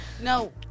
no